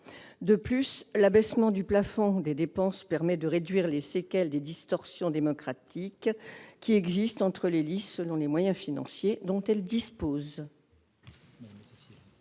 De plus, l'abaissement du plafond des dépenses permet de réduire les séquelles des distorsions démocratiques qui existent entre les listes selon les moyens financiers dont elles disposent.